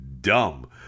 dumb